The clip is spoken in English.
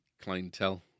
clientele